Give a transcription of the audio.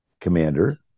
commander